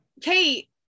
Kate